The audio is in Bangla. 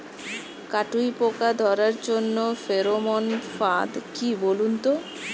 কাটুই পোকা ধরার জন্য ফেরোমন ফাদ কি বলুন তো?